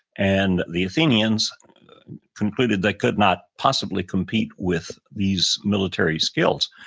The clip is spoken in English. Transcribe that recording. and the athenians concluded that could not possibly compete with these military skills,